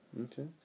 Okay